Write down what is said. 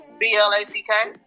B-L-A-C-K